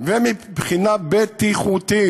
ומבחינה בטיחותית.